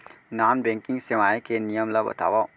Non banking सेवाएं के नियम ला बतावव?